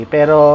Pero